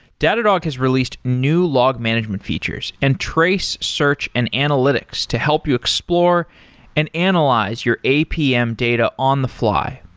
datadog has released new log management features and trace search and analytics to help you explore and analyze your apm data on the fly.